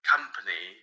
company